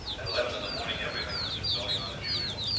at eleven in the morning everything had been going on as usual,